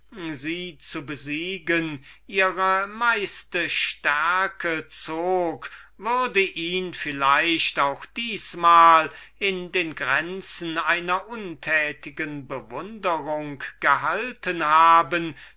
sie zu besiegen in den kopf gesetzt hatte würde ihn vielleicht auch diesesmal in den grenzen einer untätigen bewunderung gehalten haben